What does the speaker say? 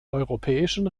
europäischen